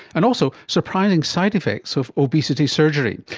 and also, surprising side-effects of obesity surgery.